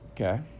Okay